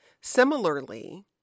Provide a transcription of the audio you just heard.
Similarly